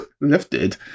Lifted